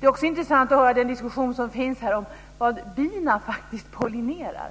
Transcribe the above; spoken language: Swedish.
Det är också intressant att höra den diskussion som förs här om vad bina faktiskt pollinerar.